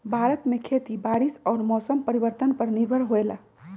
भारत में खेती बारिश और मौसम परिवर्तन पर निर्भर होयला